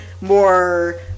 more